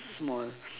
small